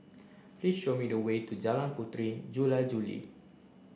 please show me the way to Jalan Puteri Jula Juli